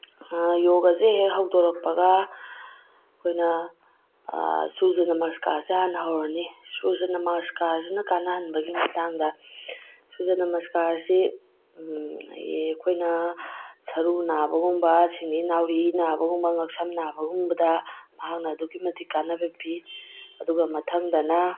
ꯌꯣꯒꯥꯁꯤ ꯍꯦꯛ ꯍꯧꯗꯣꯔꯛꯄꯒ ꯑꯩꯈꯣꯏꯅ ꯁꯨꯔꯖ ꯅꯃꯁꯀꯥꯔꯁꯤ ꯍꯥꯟꯅ ꯍꯧꯔꯅꯤ ꯁꯨꯔꯖ ꯅꯃꯁꯀꯥꯔꯁꯤꯅ ꯀꯥꯟꯅꯍꯟꯕꯒꯤ ꯃꯇꯥꯡꯗ ꯁꯨꯔꯖ ꯅꯃꯁꯀꯥꯔꯁꯤ ꯑꯩꯒꯤ ꯑꯩꯈꯣꯏꯅ ꯁꯔꯨ ꯅꯥꯕꯒꯨꯝꯕ ꯁꯤꯡꯂꯤ ꯅꯥꯎꯔꯤ ꯅꯥꯕꯒꯨꯝꯕ ꯉꯛꯁꯝ ꯅꯥꯕꯒꯨꯝꯕꯗ ꯃꯍꯥꯛꯅ ꯑꯗꯨꯛꯀꯤ ꯃꯇꯤꯛ ꯀꯥꯟꯅꯕ ꯄꯤ ꯑꯗꯨꯒ ꯃꯊꯪꯗꯅ